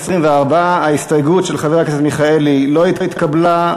24. ההסתייגות של חבר הכנסת מיכאלי לא התקבלה.